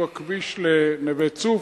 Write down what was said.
הכביש לנווה-צוף,